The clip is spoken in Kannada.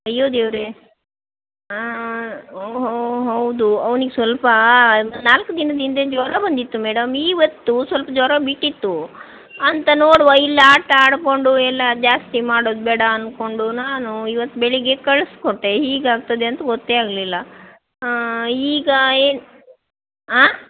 ಅಯ್ಯೋ ದೇವರೇ ಹಾಂ ಹೌದು ಅವ್ನಿಗೆ ಸ್ವಲ್ಪ ನಾಲ್ಕು ದಿನದ ಹಿಂದೆ ಜ್ವರ ಬಂದಿತ್ತು ಮೇಡಮ್ ಇವತ್ತು ಸ್ವಲ್ಪ ಜ್ವರ ಬಿಟ್ಟಿತ್ತು ಅಂತ ನೋಡುವ ಇಲ್ಲಿ ಆಟ ಆಡಿಕೊಂಡು ಎಲ್ಲ ಜಾಸ್ತಿ ಮಾಡೋದು ಬೇಡ ಅನ್ಕೊಂಡು ನಾನು ಇವತ್ತು ಬೆಳಗ್ಗೆ ಕಳುಸ್ಕೊಟ್ಟೆ ಹೀಗಾಗ್ತದೆ ಅಂತ ಗೊತ್ತೇ ಆಗಲಿಲ್ಲ ಹಾಂ ಈಗ ಏನು ಆಂ